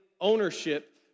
ownership